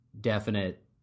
definite